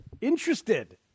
Interested